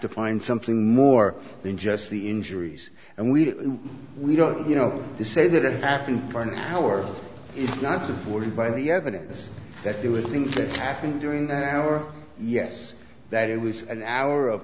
to find something more than just the injuries and we we don't you know to say that it happened for an hour is not supported by the evidence that there were things that happened during that hour yes that it was an hour of